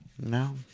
No